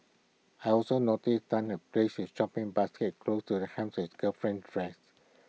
her also noticed Tan had placed his shopping basket close to the hem of his girlfriend's dress